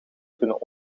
kunnen